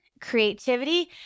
creativity